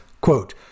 Quote